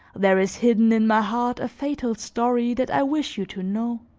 there is hidden in my heart a fatal story that i wish you to know.